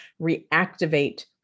reactivate